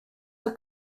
are